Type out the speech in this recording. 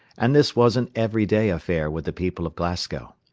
and this was an everyday affair with the people of glasgow.